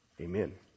Amen